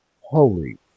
holy